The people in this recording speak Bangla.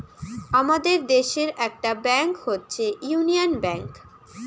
আমাদের দেশের একটা ব্যাংক হচ্ছে ইউনিয়ান ব্যাঙ্ক